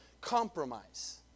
compromise